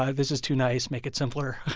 ah this is too nice. make it simpler,